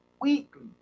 weekly